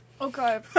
Okay